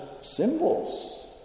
symbols